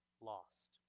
lost